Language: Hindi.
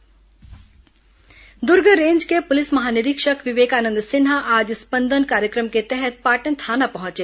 दुर्ग स्पंदन अभियान दुर्ग रेंज के पुलिस महानिरीक्षक विवेकानंद सिन्हा आज स्पंदन कार्यक्रम के तहत पाटन थाना पहंचे